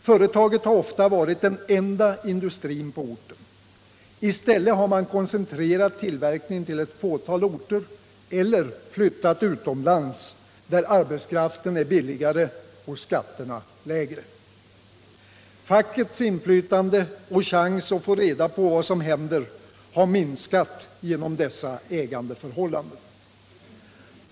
Företaget har ofta varit den enda industrin på orten. I stället har man koncentrerat tillverkningen till ett fåtal orter eller flyttat utomlands där arbetskraften är billigare och skatterna lägre. Fackets inflytande och chans att få reda på vad som händer har minskat genom dessa ägandeförhållanden.